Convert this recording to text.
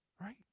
Right